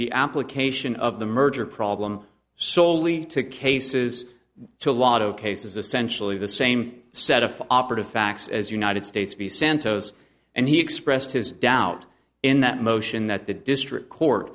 the application of the merger problem solely to cases to a lot of cases essentially the same set of operative facts as united states v santos and he expressed his doubt in that motion that the district court